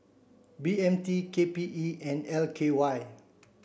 B M T K P E and L K Y